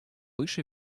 выше